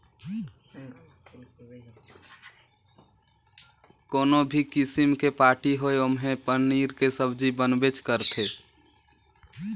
कोनो भी किसिम के पारटी होये ओम्हे पनीर के सब्जी बनबेच करथे